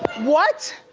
what?